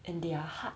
and they are hard